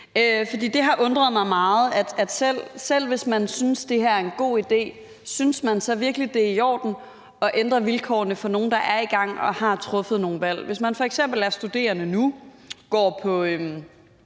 det har undret mig meget, om man, selv hvis man synes det her en god idé, så virkelig synes, det er i orden at ændre vilkårene for nogle, der er i gang og har truffet nogle valg. Hvis man f.eks. er studerende nu, går på,